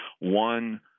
One